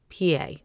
PA